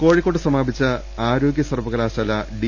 കോഴിക്കോട് സമാപിച്ച ആരോഗ്യ സർവകലാശാല ഡി